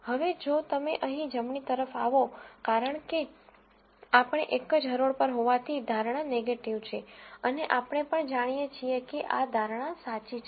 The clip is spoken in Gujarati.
હવે જો તમે અહીં જમણી તરફ આવો કારણ કે આપણે એક જ હરોળ પર હોવાથી ધારણા નેગેટીવ છે અને આપણે પણ જાણીએ છીએ કે આ ધારણા સાચી છે